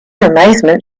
amazement